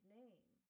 name